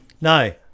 No